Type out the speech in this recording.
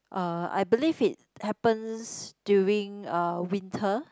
uh I believe it happens during uh winter